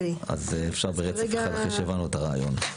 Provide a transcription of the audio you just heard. אז אפשר ברצף, עכשיו אחרי שהבנו את הרעיון.